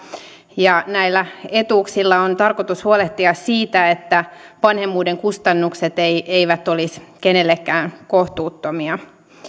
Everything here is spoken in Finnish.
ja näillä etuuksilla on tarkoitus huolehtia siitä että vanhemmuuden kustannukset eivät eivät olisi kenellekään kohtuuttomia